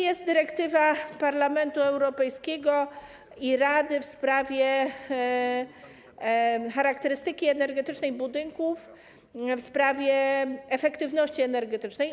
Jest też dyrektywa Parlamentu Europejskiego i Rady w sprawie charakterystyki energetycznej budynków z uwagi na efektywność energetyczną.